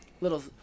Little